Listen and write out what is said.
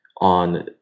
on